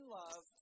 love